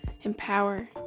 empower